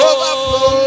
Overflow